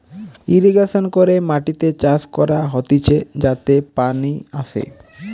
irrigation করে মাটিতে চাষ করা হতিছে যাতে পানি আসে